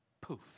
poof